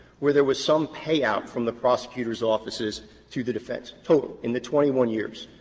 where there was some payout from the prosecutors' offices to the defense. total in the twenty one years.